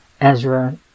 Ezra